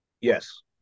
Yes